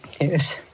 Yes